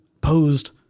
posed